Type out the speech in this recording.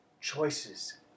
choices